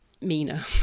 meaner